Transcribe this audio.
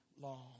long